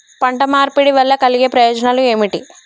పంట మార్పిడి వల్ల కలిగే ప్రయోజనాలు ఏమిటి?